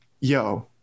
yo